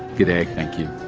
g'day, thank you.